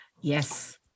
Yes